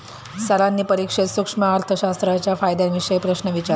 सरांनी परीक्षेत सूक्ष्म अर्थशास्त्राच्या फायद्यांविषयी प्रश्न विचारले